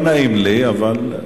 לא נעים לי, אבל,